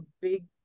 big